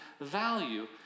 value